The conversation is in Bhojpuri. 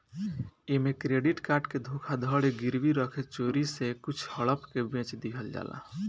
ऐमे क्रेडिट कार्ड के धोखाधड़ी गिरवी रखे चोरी से कुछ हड़प के बेच दिहल जाला